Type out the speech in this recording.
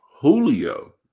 Julio